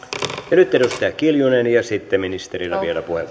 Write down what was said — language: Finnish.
nyt edustaja kiljunen ja sitten ministerillä